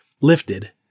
lifted